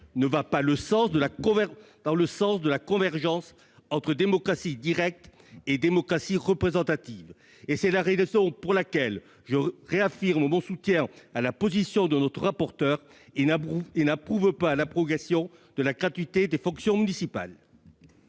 ne va pas dans le sens de la convergence entre démocratie directe et démocratie représentative. Telle est notamment la raison pour laquelle je réaffirme mon soutien à la position de M. le rapporteur. Je n'approuve pas l'abrogation de la gratuité des fonctions municipales.